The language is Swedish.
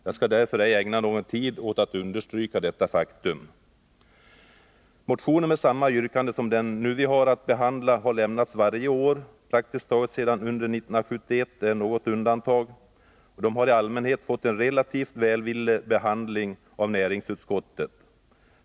Jag skall därför ej ägna någon tid åt att understryka detta faktum. Motioner med samma yrkande som den vi nu har att behandla har lämnats varje år sedan 1971, med något undantag. De har i allmänhet fått en relativt välvillig behandling av näringsutskottet.